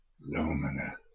luminous